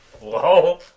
Whoa